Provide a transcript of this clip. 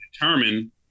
determine